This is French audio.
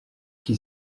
qui